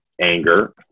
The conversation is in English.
anger